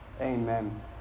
Amen